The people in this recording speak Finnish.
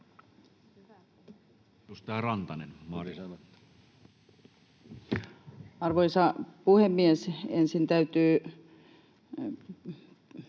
Arvoisa puhemies! Joo, täytyy